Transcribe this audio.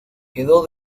quedó